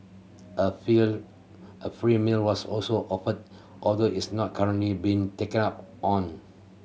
a a free meal was also offered although it's not currently being taken up on